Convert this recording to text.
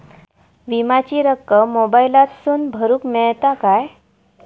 विमाची रक्कम मोबाईलातसून भरुक मेळता काय?